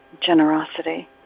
generosity